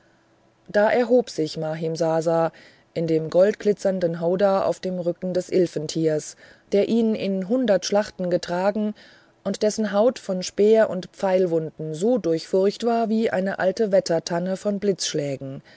da erhob sich mahimsasa in dem goldglitzernden howdah auf dem rücken des ilfenstiers der ihn in hundert schlachten getragen und dessen haut von speer und pfeilwunden so durchfurcht war wie eine alte wettertanne von blitzschlägen